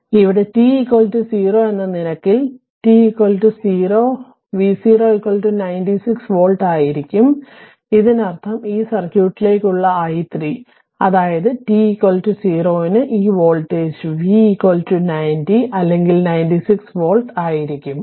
അതിനാൽ ഇവിടെ t 0 എന്ന നിരക്കിൽ t 0 v0 96 V ആയിരിക്കും അതിനാൽ ഇതിനർത്ഥം ഈ സർക്യൂട്ടിലേക്ക് ഉള്ള i 3 അതായത് t 0 ന് ഈ വോൾടേജ് V 90 അല്ലെങ്കിൽ 96 V ആയിരിക്കും